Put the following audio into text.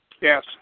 Yes